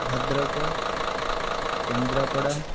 Bhadrak Kendrapara